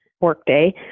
workday